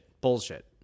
Bullshit